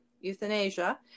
euthanasia